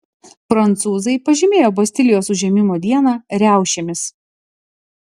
prancūzai pažymėjo bastilijos užėmimo dieną riaušėmis